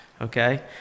okay